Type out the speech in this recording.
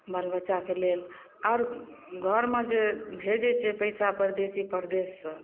बाल बच्चाके लेल आओर घरमे जे भेजै छै पइसा परदेसी परदेससँ